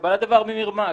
קבלת דבר במרמה,